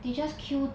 they just queue